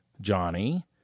Johnny